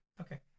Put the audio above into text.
okay